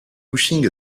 pushing